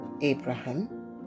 Abraham